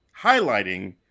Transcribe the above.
highlighting